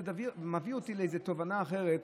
זה מביא אותי לתובנה אחרת,